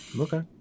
okay